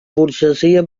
burgesia